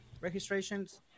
registrations